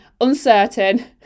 uncertain